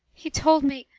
he told me,